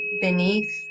beneath